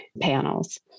panels